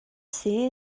see